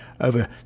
over